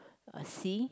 a sea